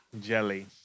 Jelly